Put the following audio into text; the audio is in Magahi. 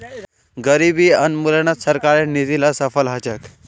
गरीबी उन्मूलनत सरकारेर नीती ला सफल ह छेक